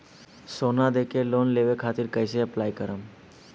सोना देके लोन लेवे खातिर कैसे अप्लाई करम?